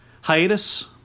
hiatus